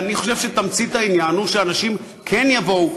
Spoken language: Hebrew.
ואני חושב שתמצית העניין היא שאנשים כן יבואו